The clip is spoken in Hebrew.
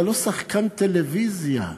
אתה לא שחקן טלוויזיה.